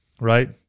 right